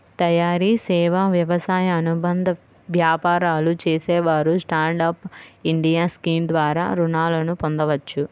తయారీ, సేవా, వ్యవసాయ అనుబంధ వ్యాపారాలు చేసేవారు స్టాండ్ అప్ ఇండియా స్కీమ్ ద్వారా రుణాలను పొందవచ్చు